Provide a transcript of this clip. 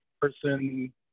person